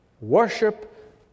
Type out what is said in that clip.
worship